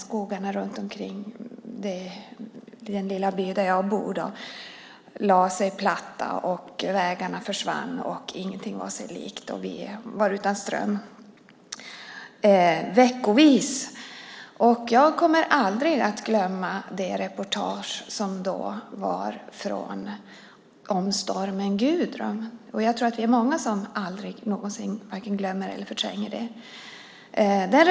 Skogarna runt omkring den lilla by där jag bor lade sig platta och vägarna försvann. Ingenting var sig likt. Vi var utan ström veckovis. Jag kommer aldrig att glömma det reportage som då gjordes om stormen Gudrun. Jag tror att vi är många som aldrig någonsin vare sig glömmer eller förtränger det.